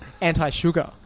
anti-sugar